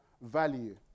value